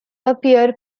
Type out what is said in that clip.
appear